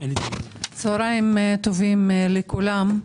צוהריים טובים לכולם,